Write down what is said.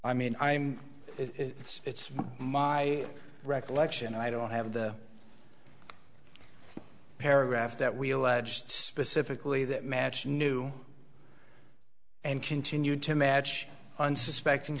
i mean i'm it's my recollection i don't have the paragraph that we allege specifically that match knew and continued to match unsuspecting